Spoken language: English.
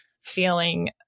feeling